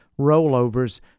rollovers